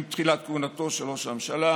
עם תחילת כהונתו של ראש הממשלה,